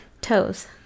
Toes